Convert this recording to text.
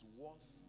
worth